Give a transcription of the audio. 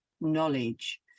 knowledge